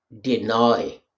deny